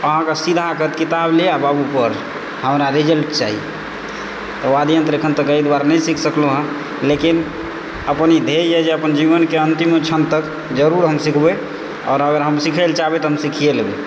अहाँकेँ सीधा कहत किताब ले आ बाबू पढ़ हमरा रिजल्ट चाही तऽ वाद्ययंत्र एखन तक एहि दुआरऽ नहि सीख सकलहुँ हँ लेकिन अपन ई ध्येय यऽ जे अपन जीवनके अंतिमो क्षण तक जरुर हम सीखबै आओर अगर हम सीखै लए चाहबै तऽ हम सीखिए लेबै